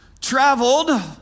traveled